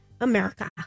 america